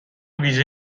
ویژه